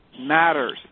matters